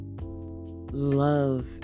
love